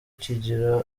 kigira